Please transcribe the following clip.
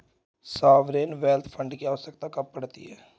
Sovereign wealth fund की आवश्यकता कब पड़ती है?